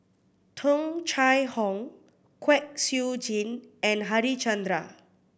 Tung Chye Hong Kwek Siew Jin and Harichandra